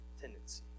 tendency